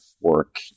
work